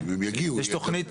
אם הם יגיעו יהיה גם ממשק.